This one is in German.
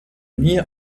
nie